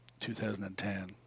2010